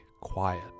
quiet